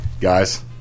Guys